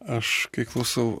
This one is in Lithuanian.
aš kai klausau